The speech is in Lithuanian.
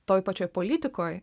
toj pačioj politikoj